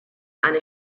eine